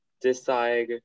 decide